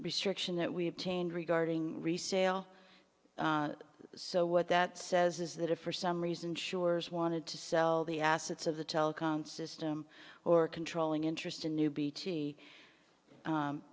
restriction that we obtained regarding resale so what that says is that if for some reason sure's wanted to sell the assets of the telecom system or controlling interest in